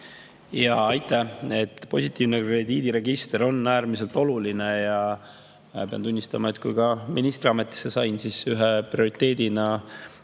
Aitäh! Positiivne krediidiregister on äärmiselt oluline ja pean tunnistama, et kui ma ministriametisse sain, siis selle ma ühe prioriteedina antud